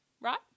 right